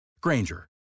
Granger